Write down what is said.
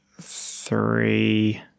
three